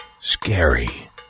scary